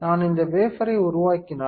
நான் இந்த வேஃபர்ரை உருவாக்கினால்